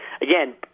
again